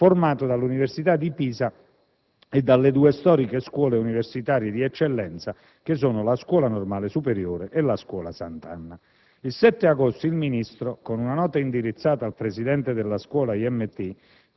formato dall'Università di Pisa e dalle due storiche Scuole universitarie di eccellenza costituite dalla Scuola Normale Superiore e dalla Scuola Sant'Anna. Il 7 agosto 2006, il Ministro, con una nota indirizzata al presidente della Scuola IMT,